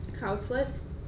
Houseless